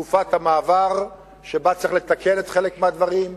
שזו תקופת מעבר שבה צריך לתקן חלק מהדברים,